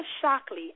Shockley